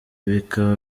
bikaba